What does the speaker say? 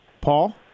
Paul